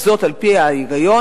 וזאת על-פי ההיגיון,